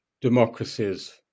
democracies